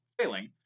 failing